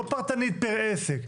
לא פרטנית פר עסק,